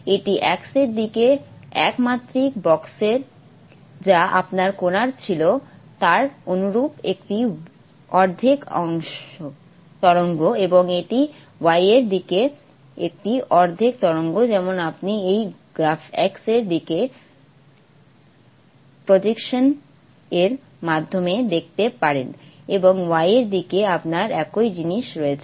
এটি x এর দিকে এক মাত্রিক বক্স যা আপনার কণায় ছিল তার অনুরূপ একটি অর্ধেক তরঙ্গ এবং এটি y এর দিকে একটি অর্ধেক তরঙ্গ যেমন আপনি এই গ্রাফের x এর দিকে প্রজেকশন এর মাধ্যমে দেখতে পারেন এবং y এর দিকেও আপনার একই জিনিস রয়েছে